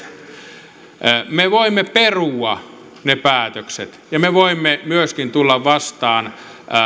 säästötoimista päätökset me voimme perua ne päätökset ja me voimme myöskin tulla vastaan